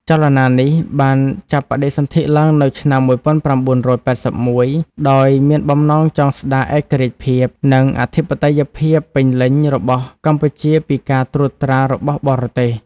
ចលនានេះបានចាប់បដិសន្ធិឡើងនៅឆ្នាំ១៩៨១ ដោយមានបំណងចង់ស្ដារឯករាជ្យភាព និងអធិបតេយ្យភាពពេញលេញរបស់កម្ពុជាពីការត្រួតត្រារបស់បរទេស។